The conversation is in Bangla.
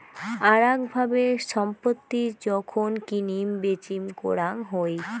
আরাক ভাবে ছম্পত্তি যখন কিনিম বেচিম করাং হই